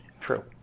true